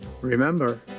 Remember